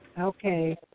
Okay